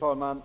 Fru talman!